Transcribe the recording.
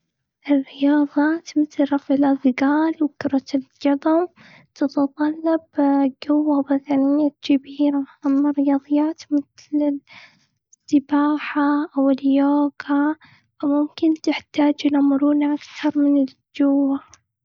الرياضات، مثل: رفع الأثقال وكرة القدم، تتطلب قوة بدنية كبيره. أما الرياضيات مثل السباحه أو اليوغا، فممكن تحتاجوا لمرونة أكثر من الجوه.